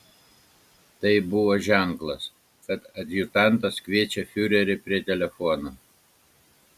tai buvo ženklas kad adjutantas kviečia fiurerį prie telefono